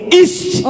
east